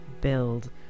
build